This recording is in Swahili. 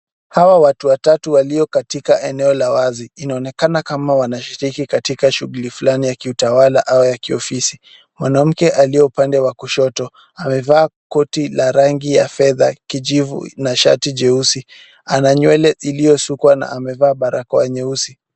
Hawa watu watatu walio katika eneo la wazi, inaonekana kama wanashiriki katika shughuli fulani ya kiutawala au ya kiofisi. Mwanamke aliye upande wa kushoto amevaa koti la rangi ya fedha kijivu na shati jeusi, ana nywele iliyosukwa na amevaa barakoa nyeusi.